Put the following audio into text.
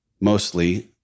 Mostly